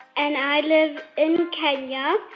and i live in kenya.